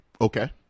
Okay